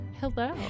Hello